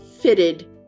fitted